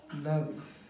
love